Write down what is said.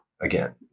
again